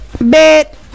bed